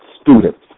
students